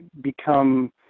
become